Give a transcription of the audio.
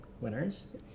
winners